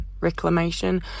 Reclamation